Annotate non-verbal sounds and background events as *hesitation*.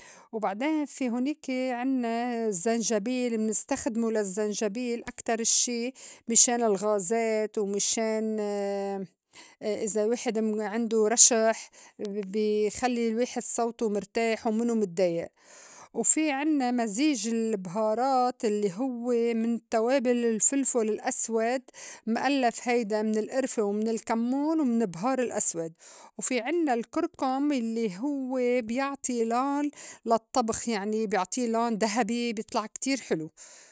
وبعدين في هونيكة عنّا الزّنجبيل منستخدمو للزّنجبيل أكتر الشّي مِشان الغازات ومِشان *hesitation* إذا واحد عِندو رشح بي خلّي الواحد صوتو مِرْتاح ومِنو متضّايئ. وفي عنّا مزيج البهارات الّي هّو من توابل الفلفُل الأسود مألّف هيدا من الئرفة، ومن الكمّون، ومن بهار الأسود، وفي عنّا الكركُم يلّي هوّ بيعطي لون للطّبخ يعني بيعطي لون دهبي بيطلع كتير حلو.